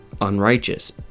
unrighteous